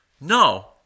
No